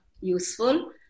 useful